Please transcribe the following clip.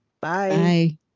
Bye